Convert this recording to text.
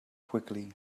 quickly